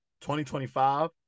2025